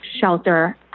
shelter